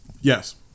Yes